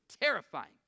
terrifying